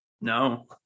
No